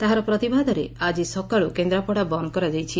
ତାହାର ପ୍ରତିବାଦରେ ଆଜି ସକାଳୁ କେନ୍ଦ୍ରାପଡ଼ା ବନ୍ଦ କରାଯାଇଛି